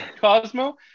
Cosmo